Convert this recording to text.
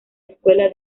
escuela